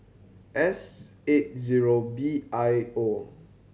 S eight zero B I O